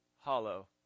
hollow